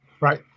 right